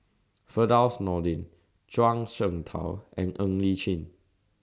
Firdaus Nordin Zhuang Shengtao and Ng Li Chin